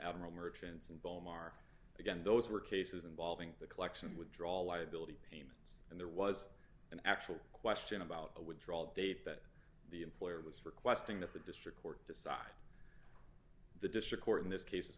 admiral merchants and bellmawr again those were cases involving the collection withdraw liability payments and there was an actual question about a withdrawal date that the employer was for questing that the district court decide the district court in this case is